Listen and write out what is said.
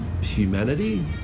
humanity